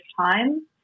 time